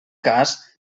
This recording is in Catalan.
cas